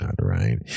right